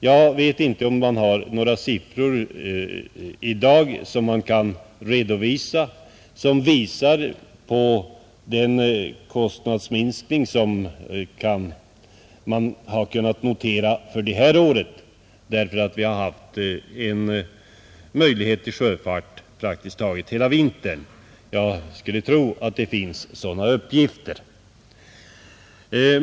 Jag vet inte om man i dag har några siffror att redovisa som visar vilken kostnadsminskning man har kunnat notera för det här året, tack vare att vi haft möjlighet till sjöfart praktiskt taget hela vintern, Jag skulle tro att det finns sådana uppgifter.